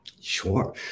Sure